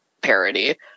parody